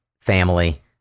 family